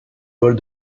vole